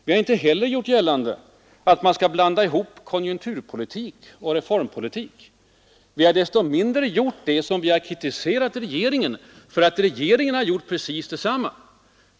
Vi har inte heller gjort gillande att man skall blanda ihop konjunkturpolitik och reformpolitik. Vi har så mycket mindre gjort detta som vi har kritiserat regeringen för att regeringen har gjort precis detsamma.